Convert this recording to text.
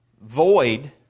void